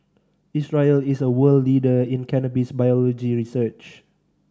Israel is a world leader in cannabis biology research